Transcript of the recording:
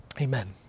Amen